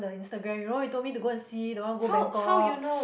the Instagram you know you told me to go and see the one go Bangkok